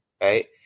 right